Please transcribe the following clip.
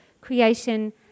creation